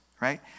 Right